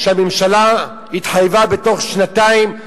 הממשלה התחייבה בתוך שנתיים,